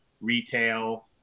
retail